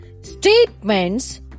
statements